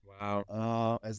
Wow